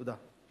תודה.